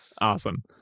Awesome